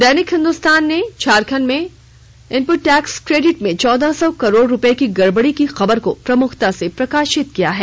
दैनिक हिन्दुस्तान ने झारखं डमें इनपुट टैक्स क्रेडिट में चौदह सौ करोड़ रुपए की गड़बड़ी की खबर को प्रमुखता से प्रकाशित किया है